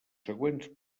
següents